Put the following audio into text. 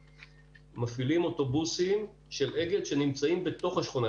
מפעילים אוטובוסים של אגד שנמצאים בתוך השכונה,